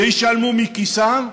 וישלמו מכיסם?